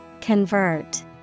Convert